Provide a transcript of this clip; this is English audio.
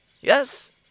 Yes